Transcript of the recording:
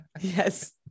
Yes